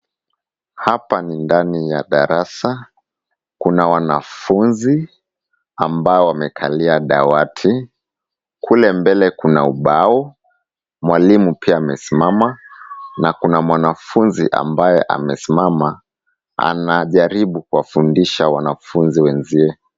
Hapa ni ndani ya darasa, kuna wanafunzi ambao wamekalia dawati, kule mbele kuna ubao, mwalimu pia amesimama na kuna mwanafunzi ambaye amesimama anajaribu kuwafundisha wanafunzi wenziwe.